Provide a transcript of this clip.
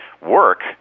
work